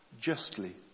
justly